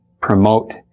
promote